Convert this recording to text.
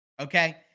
okay